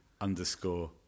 underscore